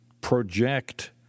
project